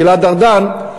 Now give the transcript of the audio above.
גלעד ארדן,